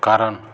कारण